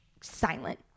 Silent